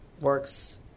works